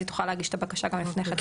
ואז היא תוכל להגיש את הבקשה גם לפני כן.